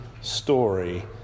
story